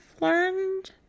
learned